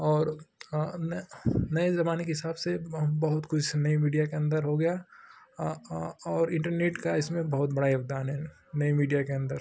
और ने नए ज़माने के हिसाब से बहुत कुछ नया मीडिया के अन्दर हो गया और इन्टरनेट का इसमें बहुत बड़ा योगदान है नया मीडिया के अन्दर